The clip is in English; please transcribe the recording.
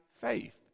faith